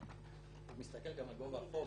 הוא מסתכל גם על גובה החוב,